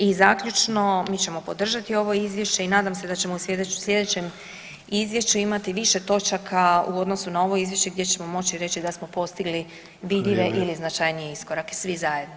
I zaključno, mi ćemo podržati ovo izvješće i nadam se da ćemo u sljedećem izvješću imati više točaka u odnosu na ovo izvješće gdje ćemo moći reći da smo postigli vidljive [[Upadica Sanader: Vrijeme.]] ili značajnije iskorake svi zajedno.